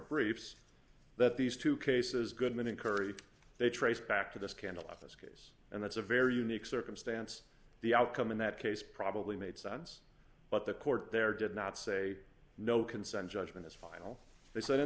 briefs that these two cases goodman and curry they trace back to the scandal of this case and that's a very unique circumstance the outcome in that case probably made sense but the court there did not say no consent judgment is final they said in